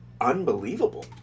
unbelievable